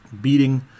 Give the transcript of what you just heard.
beating